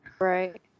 Right